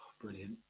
brilliant